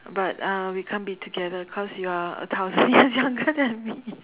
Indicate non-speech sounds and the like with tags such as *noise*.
but uh we can't be together because you're a thousand year younger than me *laughs*